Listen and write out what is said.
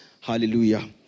Hallelujah